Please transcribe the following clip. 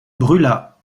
brûla